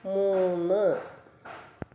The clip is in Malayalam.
മൂന്ന്